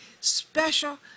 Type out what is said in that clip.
special